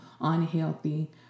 unhealthy